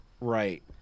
right